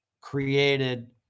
created